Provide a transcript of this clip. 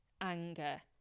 anger